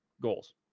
goals